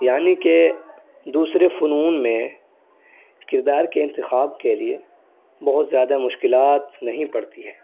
یعنی کہ دوسرے فنون میں کردار کے انتخاب کے لیے بہت زیادہ مشکلات نہیں پڑتی ہے